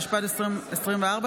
התשפ"ד 2024,